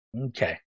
Okay